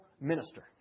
Minister